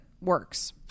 works